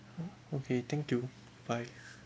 uh okay thank you bye